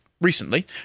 recently